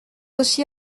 aussi